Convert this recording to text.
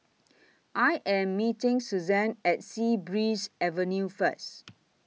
I Am meeting Suzan At Sea Breeze Avenue First